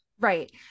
Right